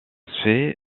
fey